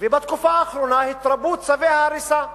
ובתקופה האחרונה התרבו צווי ההריסה.